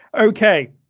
Okay